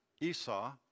Esau